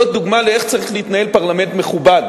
זאת דוגמה איך צריך להתנהג פרלמנט מכובד: